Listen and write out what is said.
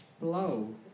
blow